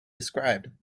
described